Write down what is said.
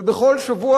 ובכל שבוע,